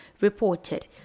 reported